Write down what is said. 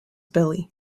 billy